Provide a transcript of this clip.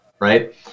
Right